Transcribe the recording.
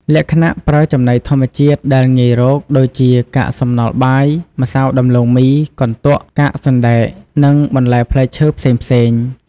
លក្ខណៈ ប្រើចំណីធម្មជាតិដែលងាយរក ដូចជា កាកសំណល់បាយ ម្សៅដំឡូងមី កន្ទក់ កាកសណ្ដែក និងបន្លែផ្លែឈើផ្សេងៗ។